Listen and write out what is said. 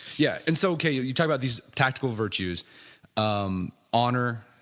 yeah and so okay, you you talked about these tactical virtues um honor,